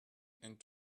and